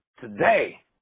today